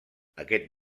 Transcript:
aquest